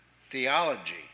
theology